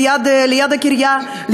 ליד הקריה,